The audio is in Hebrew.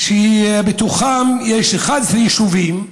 שבתוכן יש 11 יישובים,